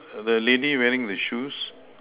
err the lady wearing the shoes